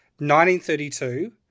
1932